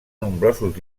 nombrosos